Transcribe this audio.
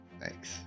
Thanks